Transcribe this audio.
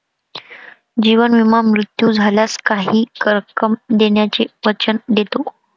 जीवन विमा मृत्यू झाल्यास काही रक्कम देण्याचे वचन देतो